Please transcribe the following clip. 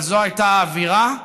אבל זו הייתה האווירה,